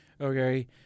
okay